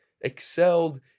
excelled